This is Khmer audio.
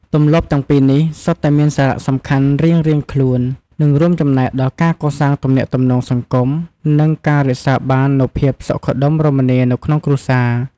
ទម្លាប់ទាំងពីរនេះសុទ្ធតែមានសារៈសំខាន់រៀងៗខ្លួន និងរួមចំណែកដល់ការកសាងទំនាក់ទំនងសង្គម និងការរក្សាបាននូវភាពសុខដុមរមនានៅក្នុងគ្រួសារ។